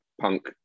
punk